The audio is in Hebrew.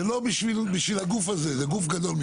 זה לא בשביל הגוף הזה, זה גוף גדול מידי.